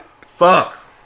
Fuck